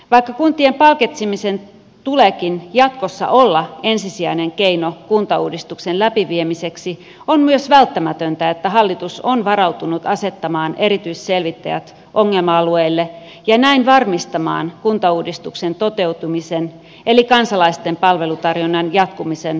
vaikka kuntien palkitsemisen tuleekin jatkossa olla ensisijainen keino kuntauudistuksen läpiviemiseksi on myös välttämätöntä että hallitus on varautunut asettamaan erityisselvittäjät ongelma alueille ja näin varmistamaan kuntauudistuksen toteutumisen eli kansalaisten palvelutarjonnan jatkumisen myös tulevaisuudessa